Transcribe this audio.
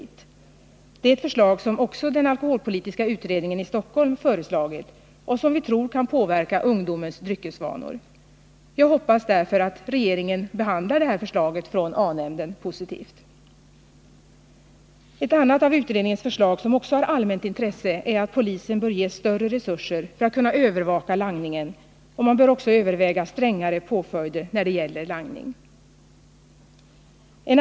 Det är ett förslag som också den alkoholpolitiska utredningen i Stockholm fört fram och som vi tror kan påverka ungdomens dryckesvanor. Jag hoppas därför att regeringen behandlar det här förslaget från A-nämnden positivt. Ett annat av utredningens förslag som också har allmänt intresse är att polisen skall ges större resurser för att kunna övervaka langningen och att man skall överväga strängare påföljder när det gäller langningen.